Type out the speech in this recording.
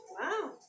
Wow